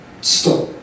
stop